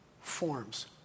forms